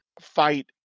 fight